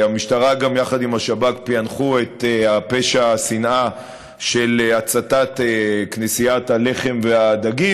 המשטרה והשב"כ פענחו יחד את פשע השנאה של הצתת כנסיית הלחם והדגים,